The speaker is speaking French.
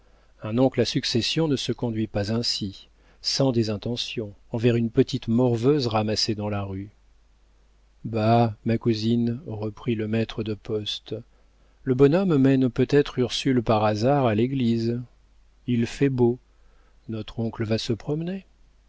un oncle à succession ne se conduit pas ainsi sans des intentions envers une petite morveuse ramassée dans la rue bah ma cousine reprit le maître de poste le bonhomme mène peut-être ursule par hasard à l'église il fait beau notre oncle va se promener